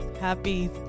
Happy